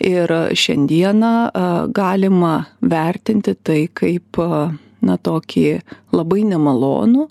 ir šiandieną galima vertinti tai kaip na tokį labai nemalonų